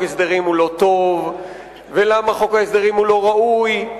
הסדרים הוא לא טוב ולמה חוק ההסדרים הוא לא ראוי.